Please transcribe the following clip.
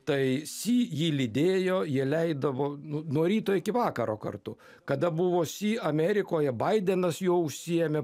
tai si jį lydėjo jie leidavo nu nuo ryto iki vakaro kartu kada buvo si amerikoje baidenas juo užsiėmė